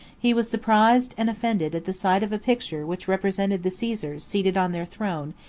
he was surprised and offended at the sight of a picture which represented the caesars seated on their throne,